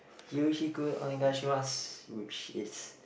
yoroshiku onegaishimasu which is